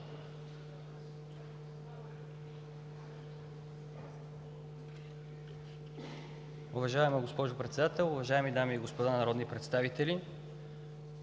Уважаема госпожо Председател, уважаеми колеги народни представители,